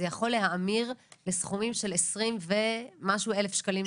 זה יכול להאמיר לסכומים של 20 ומשהו אלף שקלים.